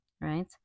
right